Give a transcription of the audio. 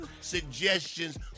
suggestions